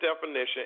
definition